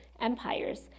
empires